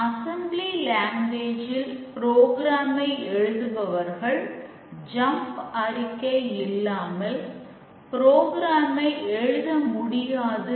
assembly லாங்குவேஜில்ஐ எழுத முடியாது